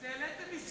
אתם העליתם מסים.